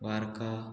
वार्का